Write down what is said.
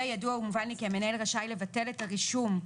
וידוע ומובן לי כי המנהל רשאי לבטל את הרישום,